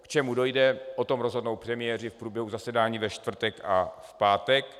K čemu dojde, o tom rozhodnou premiéři v průběhu zasedání ve čtvrtek a v pátek.